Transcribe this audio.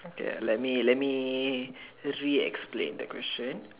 okay let me let just re explain the question